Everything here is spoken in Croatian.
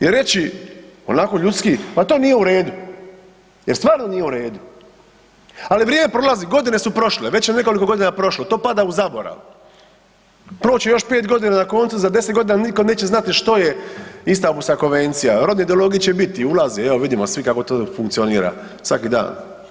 I reći onako ljudski, pa to nije u redu jer stvarno nije u redu ali vrijeme prolazi, godine su prošle, već je nekoliko godina prošlo, to pada u zaborav, proći će još 5 g., na koncu za 10 g. nitko neće znati što je Istanbulska konvencija, rodne ideologije će biti, ulazi, evo vidimo svi kako to funkcionira svaki dan.